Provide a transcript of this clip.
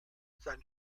sein